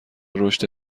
رشد